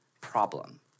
problem